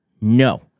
No